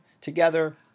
together